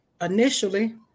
initially